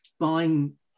buying